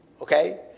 Okay